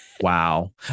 Wow